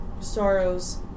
sorrows